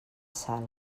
sal